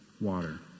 water